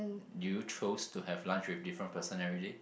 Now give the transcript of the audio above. do you chose to have lunch with different person every day